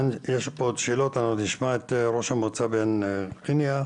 אבל ישנה בעיה מאוד קשה עם התכנון והבנייה,